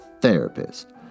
Therapist